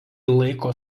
laiko